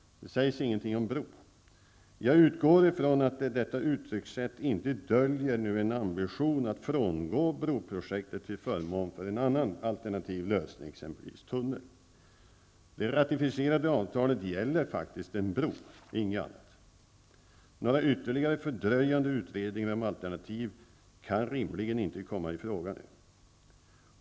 Det sägs ingenting om en bro. Jag utgår ifrån att detta uttryckssätt inte döljer en ambition att frångå broprojektet till förmån för en annan alternativ lösning, exempelvis en tunnel. Det ratificerade avtalet gäller faktiskt en bro -- inget annat. Några ytterligare fördröjande utredningar om alternativ kan rimligen inte komma i fråga.